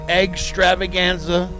extravaganza